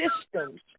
systems